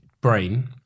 brain